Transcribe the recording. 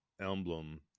emblem